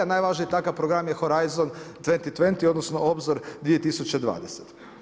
Najvažniji takav program je Horizon 2020 odnosno Obzor 2020.